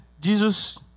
Jesus